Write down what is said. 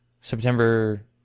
September